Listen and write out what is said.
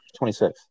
26